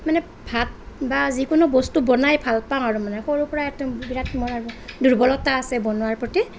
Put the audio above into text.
মানে ভাত বা যিকোনো বস্তু বনাই ভাল পাওঁ আৰু মানে সৰুৰ পৰাই একদম বিৰাট মোৰ আৰু দুৰ্বলতা আছে বনোৱাৰ প্ৰতি